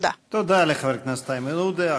תודה.) תודה לחבר הכנסת איימן עודה.